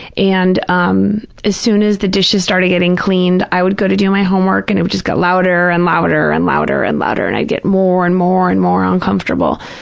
and um as soon as the dishes started getting cleaned, i would go to do my homework and it would just get louder and louder and louder and louder, and i'd get more and more and more uncomfortable.